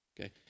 Okay